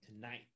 tonight